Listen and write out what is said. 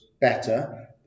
better